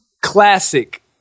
classic